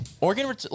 Oregon